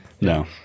no